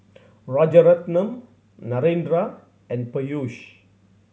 Rajaratnam Narendra and Peyush